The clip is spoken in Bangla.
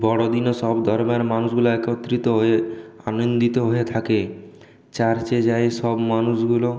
বড়দিনে সব ধর্মের মানুষগুলা একত্রিত হয়ে আনন্দিত হয়ে থাকে চার্চে যায় সব মানুষগুলো